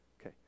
Okay